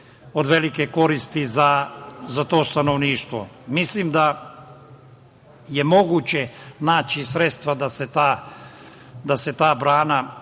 od velike koristi za to stanovništvo. Mislim da je moguće naći sredstva da se ta brana